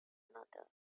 another